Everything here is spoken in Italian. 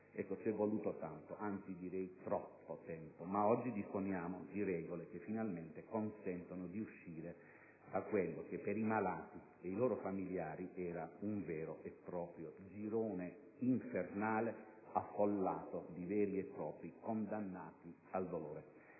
C'è voluto tanto, anzi troppo tempo; ma oggi disponiamo di regole che finalmente consentono di uscire da quello che per i malati e per i loro familiari era un vero e proprio girone infernale, affollato di veri e propri condannati al dolore.